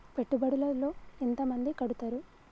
పెట్టుబడుల లో ఎంత మంది కడుతరు?